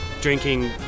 drinking